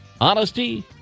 honesty